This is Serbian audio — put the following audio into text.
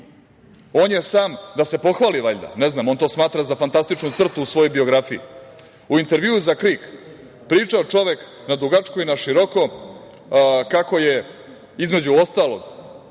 On je sam, da se pohvali valjda, ne znam, on to smatra za fantastičnu crtu u svojoj biografiji, u intervju za KRIK pričao čovek na dugačko i na široko kako je, između ostalog